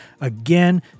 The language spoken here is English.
Again